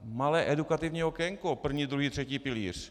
Malé edukativní okénko první, druhý, třetí pilíř.